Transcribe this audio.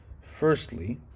firstly